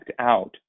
out